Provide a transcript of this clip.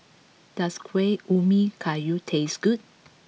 does Kuih Ubi Kayu taste good